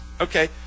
Okay